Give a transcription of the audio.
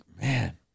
man